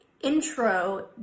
intro